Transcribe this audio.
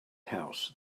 house